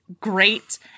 great